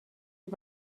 die